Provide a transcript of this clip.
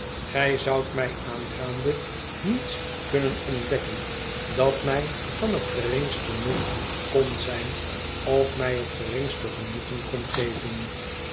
gij zoudt mij aangaande niets kunnen ontdekken dat mij van het geringste nut kon zijn of mij het geringste genoegen kon geven